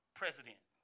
president